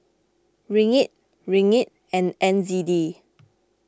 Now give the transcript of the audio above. Ringgit Ringgit and N Z D